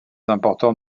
important